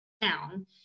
down